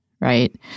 right